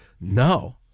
No